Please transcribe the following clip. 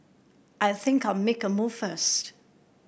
I think I'll make a move first